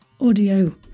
audio